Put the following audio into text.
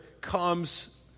comes